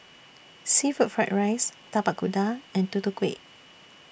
Seafood Fried Rice Tapak Kuda and Tutu Kueh